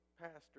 Pastor